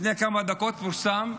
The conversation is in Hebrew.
לפני כמה דקות פורסם,